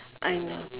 I'm